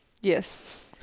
Yes